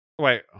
Wait